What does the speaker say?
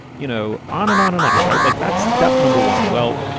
you know, on and on and on? right. like that's step number one. well,